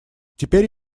теперь